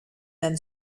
then